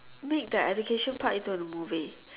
make the education part into a movie